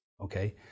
Okay